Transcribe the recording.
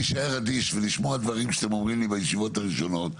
להישאר אדיש ולשמוע דברים שאתם אומרים לי בישיבות הראשונות,